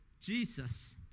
Jesus